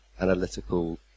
analytical